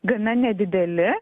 gana nedideli